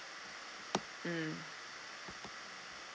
mm